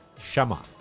Shama